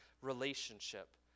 relationship